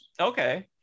Okay